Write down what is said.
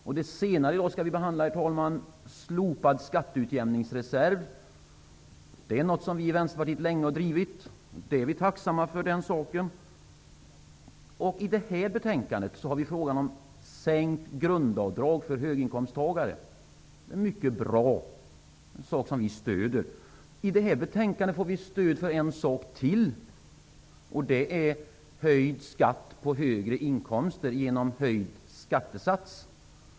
Senare i dag skall vi behandla slopad skatteutjämningsreserv. Det är något som vi i Vänsterpartiet har drivit länge. Den saken är vi tacksamma för. I den här betänkandet har vi frågan om sänkt grundavdrag för höginkomsttagare. Det är mycket bra. Det är en sak som vi stöder. I detta betänkande får vi stöd för ett förslag till. Det är förslaget om höjd skatt på högre inkomster genom höjd skattesats.